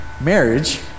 marriage